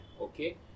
okay